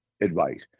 advice